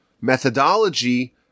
methodology